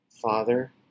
Father